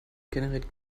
generiert